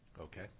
Okay